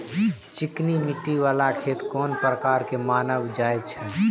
चिकनी मिट्टी बाला खेत कोन प्रकार के मानल जाय छै?